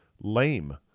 lame